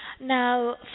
Now